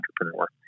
entrepreneur